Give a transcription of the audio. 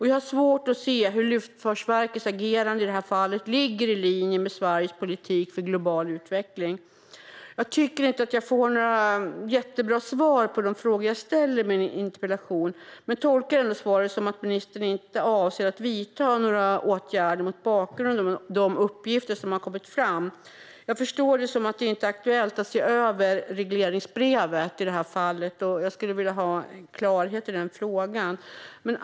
Jag har svårt att se hur Luftfartsverkets agerande i det här fallet ligger i linje med Sveriges politik för global utveckling. Jag tycker inte att jag får några jättebra svar på de frågor jag ställer i min interpellation men tolkar ändå svaret som om ministern inte avser att vidta några åtgärder mot bakgrund av de uppgifter som har kommit fram. Jag förstår det som att det inte är aktuellt att i det här fallet se över regleringsbrevet. Jag skulle vilja ha en klarhet i den frågan.